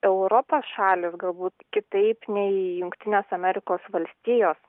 europos šalys galbūt kitaip nei jungtinės amerikos valstijos